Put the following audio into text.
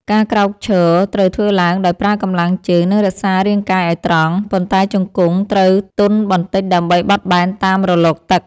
ការក្រោកឈរត្រូវធ្វើឡើងដោយប្រើកម្លាំងជើង និងរក្សារាងកាយឱ្យត្រង់ ប៉ុន្តែជង្គង់ត្រូវទន់បន្តិចដើម្បីបត់បែនតាមរលកទឹក។